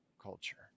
Culture